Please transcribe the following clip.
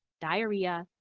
diarrhea,